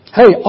hey